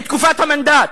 בתקופת המנדט.